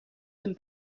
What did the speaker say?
them